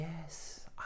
yes